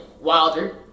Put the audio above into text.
Wilder